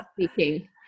speaking